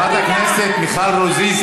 חברת הכנסת מיכל רוזין,